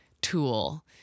tool